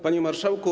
Panie Marszałku!